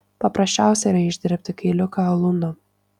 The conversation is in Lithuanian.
paprasčiausia yra išdirbti kailiuką alūnu